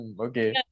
okay